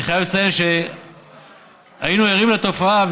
אני חייב לציין שהיינו ערים לתופעה,